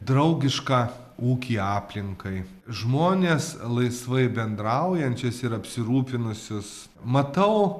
draugišką ūkį aplinkai žmones laisvai bendraujančius ir apsirūpinusius matau